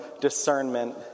discernment